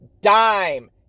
dime